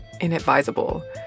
inadvisable